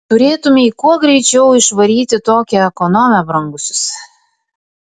turėtumei kuo greičiau išvaryti tokią ekonomę brangusis